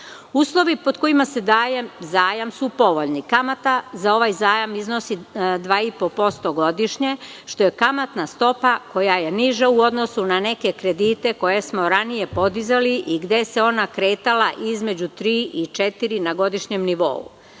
realna. Uslovi pod kojima se daje zajam su povoljni. Kamata za ovaj zajam iznosi 2,5% godišnje, što je kamatna stopa koja je niža u odnosu na neke kredite koje smo ranije podizali i gde se ona kretala između 3% i 4% na godišnjem nivou. Zajam